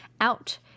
out